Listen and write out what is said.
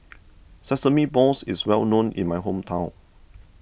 Sesame Balls is well known in my hometown